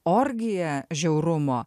orgija žiaurumo